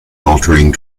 altering